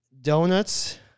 Donuts